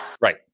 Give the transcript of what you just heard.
right